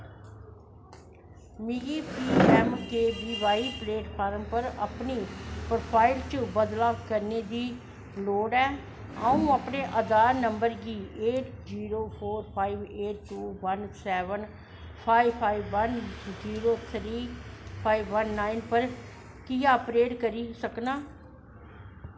मिगी P M K V Y platform पर अपनी प्रोफाइल च बदलाव करने दी लोड़ ऐ आऊं अपने आधार नंबर गी eight zero four five eight two one seven five five one zero three five one nine पर कि'यां अपडेट करी सकनां